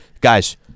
guys